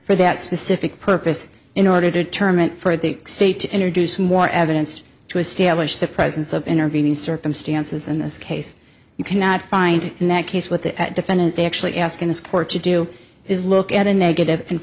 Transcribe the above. for that specific purpose in order to determine for the state to introduce more evidence to establish the presence of intervening circumstances in this case you cannot find in that case with the defendants actually asking this court to do is look at a negative and